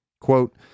Quote